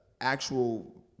actual